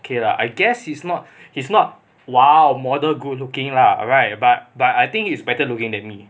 K lah I guess he's not he's not !wow! model good looking lah right but but I think he's better looking at me